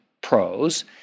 pros